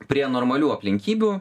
prie normalių aplinkybių